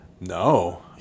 No